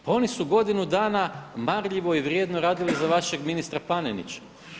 Pa oni su godinu dana marljivo i vrijedno radili za vašeg ministra Panenića.